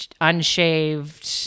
unshaved